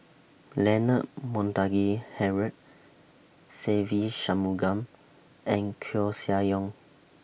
Leonard Montague Harrod Se Ve Shanmugam and Koeh Sia Yong